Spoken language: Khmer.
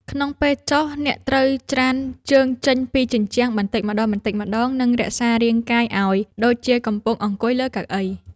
ក្នុងពេលចុះ អ្នកត្រូវច្រានជើងចេញពីជញ្ជាំងបន្តិចម្ដងៗ និងរក្សារាងកាយឱ្យដូចជាកំពុងអង្គុយលើកៅអី។